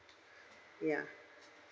ya